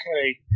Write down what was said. okay